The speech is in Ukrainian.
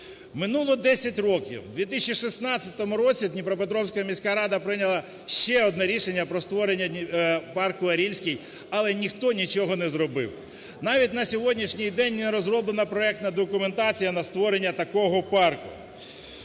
Минуло 10 років. У 2016 році Дніпропетровська міська рада прийняла ще одне рішення про створення парку "Орільський", але ніхто нічого не зробив. Навіть на сьогоднішній день не розроблена проектна документація на створення такого парку.